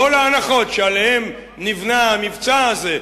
כל ההנחות שעליהן נבנה המבצע הזה,